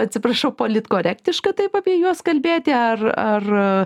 atsiprašau politkorektiška taip apie juos kalbėti ar